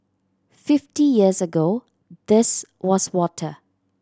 fifty years ago this was water